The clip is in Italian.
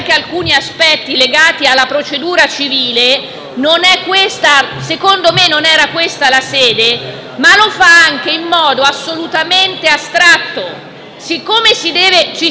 anche alcuni aspetti legati alla procedura civile; non solo secondo me non era questa la sede, ma lo fa anche in modo assolutamente astratto. Mi